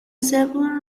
zeppelin